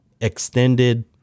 extended